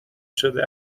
شده